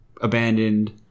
abandoned